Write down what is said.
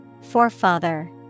forefather